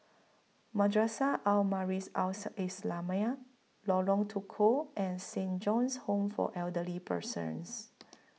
Madrasah Al Islamiah Lorong Tukol and Saint John's Home For Elderly Persons